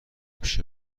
پیش